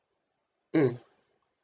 mm